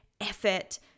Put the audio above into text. effort